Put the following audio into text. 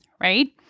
right